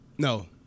No